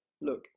look